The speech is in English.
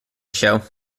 show